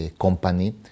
company